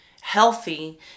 healthy